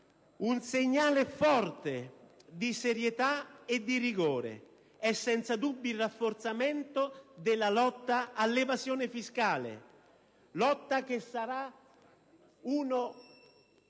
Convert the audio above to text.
Un segnale forte di serietà e di rigore è senza dubbio il rafforzamento della lotta all'evasione fiscale, lotta che sarà una